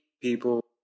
people